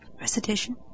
Recitation